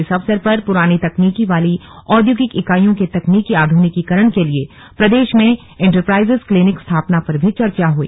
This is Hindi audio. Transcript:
इस अवसर पर पुरानी तकनीक वाली औद्योगिक इकाईयों के तकनीकी आधुनिकीकरण के लिए प्रदेश में इन्टरप्राइजेस क्लिनिक स्थापना पर भी चर्चा हई